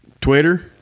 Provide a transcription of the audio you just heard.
Twitter